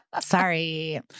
Sorry